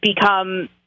become